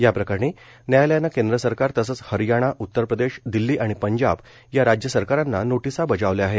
याप्रकरणी न्यायालयानं केंद्र सरकार तसंच हरियाणा उतर प्रदेश दिल्ली आणि पंजाब या राज्य सरकारांना नोटिसा बजावल्या आहेत